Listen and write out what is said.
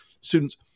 students